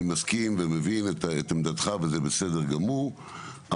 מסכים ומבין את עמדתך וזה בסדר גמור,